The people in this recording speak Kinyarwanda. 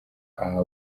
aha